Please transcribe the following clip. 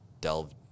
delve